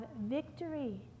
victory